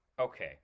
okay